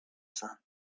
sun